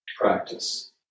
practice